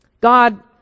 God